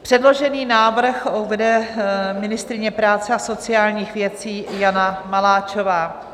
Předložený návrh uvede ministryně práce a sociálních věcí Jana Maláčová.